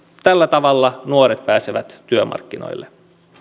tällä tavalla nuoret pääsevät työmarkkinoille